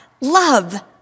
love